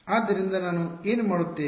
ಆದ್ದರಿಂದ ನಾವು ಏನು ಮಾಡುತ್ತೇವೆ